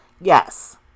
Yes